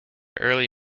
early